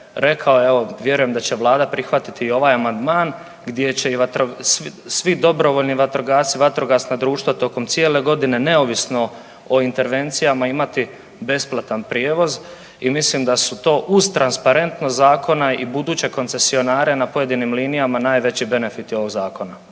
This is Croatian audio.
rekao, evo vjerujem da će vlada prihvatiti i ovaj amandman gdje će svi dobrovoljni vatrogasci i vatrogasna društva tokom cijele godine neovisno o intervencijama imati besplatan prijevoz i mislim da su to uz transparentnost zakona i buduće koncesionare na pojedinim linijama najveći benefiti ovog zakona.